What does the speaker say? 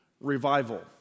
Revival